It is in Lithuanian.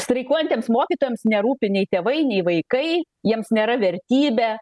streikuojantiems mokytojams nerūpi nei tėvai nei vaikai jiems nėra vertybė